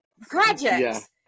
projects